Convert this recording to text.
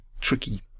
tricky